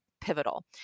pivotal